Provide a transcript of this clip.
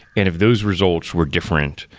and if those results were different,